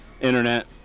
internet